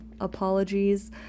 apologies